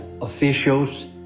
officials